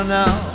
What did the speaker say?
now